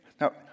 Now